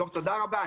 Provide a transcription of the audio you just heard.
תודה רבה.